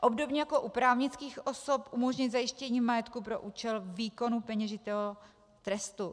Obdobně jako u právnických osob umožnit zajištění majetku pro účel výkonu peněžitého trestu.